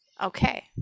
Okay